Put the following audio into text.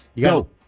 Go